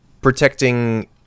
Protecting